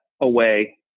away